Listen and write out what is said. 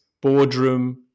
boardroom